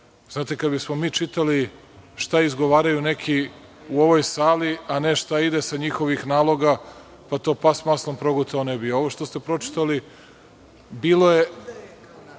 nikada. Znate, kada bismo mi čitali šta izgovaraju neki u ovoj sali, a ne šta ide sa njihovih naloga, pa to pas s maslom progutao ne bi. Ovo što ste pročitali bilo je